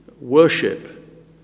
worship